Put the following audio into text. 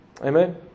Amen